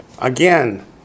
Again